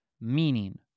meaning